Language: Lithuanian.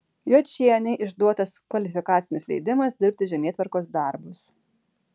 juočienei išduotas kvalifikacinis leidimas dirbti žemėtvarkos darbus